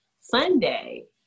Sunday